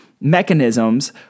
mechanisms